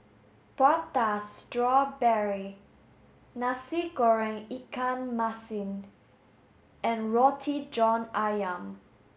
Prata strawberry Nasi Goreng Ikan Masin and Roti John Ayam